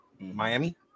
Miami